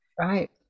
Right